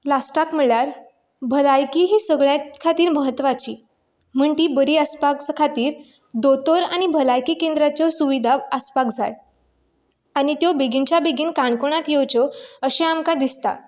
लास्टाक म्हळ्यार भलायकी ही सगळ्यां खातीर म्हत्वाची म्हण ती बरी आसपाक खातीर दोतोर आनी भलायकी केंद्राच्यो सुविधा आसपाक जाय आनी त्यो बेगिनच्या बेगीन काणकोणांत येवच्यो अशें आमकां दिसता